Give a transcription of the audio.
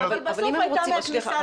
אם הם רוצים --- אבל בסוף היא הייתה מהכניסה